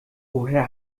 woher